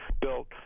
built